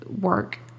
work